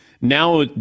now